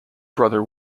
brother